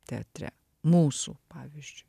teatre mūsų pavyzdžiui